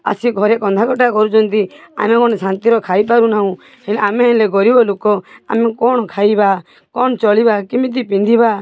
ଆସି ଘରେ କନ୍ଦା କଟା କରୁଛନ୍ତି ଆମେ ଗଣ୍ଡେ ଶାନ୍ତିରେ ଖାଇପାରୁ ନାହୁଁ ହେଲେ ଆମେ ହେଲେ ଗରିବ ଲୋକ ଆମେ କ'ଣ ଖାଇବା କ'ଣ ଚଳିବା କେମିତି ପିନ୍ଧିବା